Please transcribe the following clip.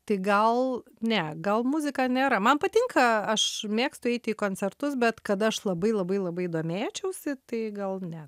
tik gal ne gal muzika nėra man patinka aš mėgstu eiti į koncertus bet kad aš labai labai labai domėčiausi tai gal ne